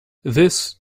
this